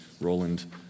Roland